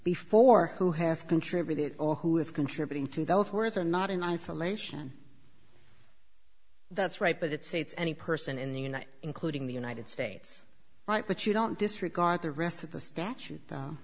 before who has contributed or who is contributing to those who are not in isolation that's right but it's states any person in the united including the united states right but you don't disregard the rest of the statute